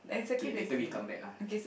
K later we come back ah